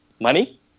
money